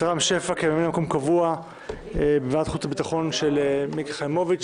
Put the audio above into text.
את רם שפע כממלא מקום קבוע בוועדת החוץ והביטחון של מיקי חיימוביץ'.